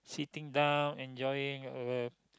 sitting down enjoying uh